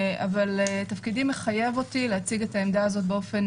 אבל תפקידי מחייב אותי להציג את העמדה הזאת באופן